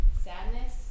sadness